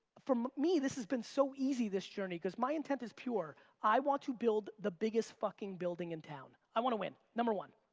for me, this has been so easy, this journey, cause my intent is pure i want to build the biggest fucking building in town. i want to win, number one.